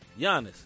Giannis